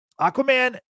aquaman